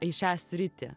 į šią sritį